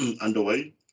underway